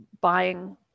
buying